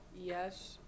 Yes